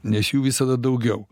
nes jų visada daugiau